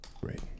great